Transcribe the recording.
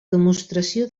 demostració